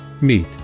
meet